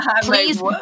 Please